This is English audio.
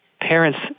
parents